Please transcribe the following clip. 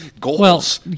goals